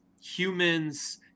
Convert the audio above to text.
humans